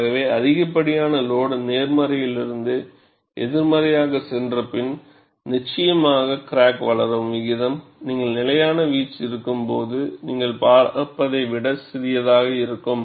ஆகவே அதிகப்படியான லோடு நேர்மறையிலிருந்து எதிர்மறையாகச் சென்றபின் நிச்சயமாக கிராக் வளரும் விகிதம் நீங்கள் நிலையான வீச்சு இருக்கும்போது நீங்கள் பார்ப்பதை விட சிறியதாக இருக்கும்